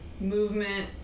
movement